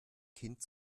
kind